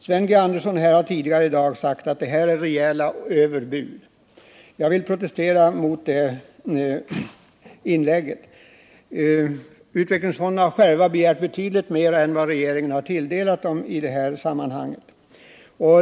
Sven G. Andersson har tidigare i dag sagt att våra förslag är rejäla överbud. Jag protesterar mot det påståendet. Utvecklingsfonderna har själva begärt betydligt mer än vad regeringen i detta sammanhang har tilldelat dem.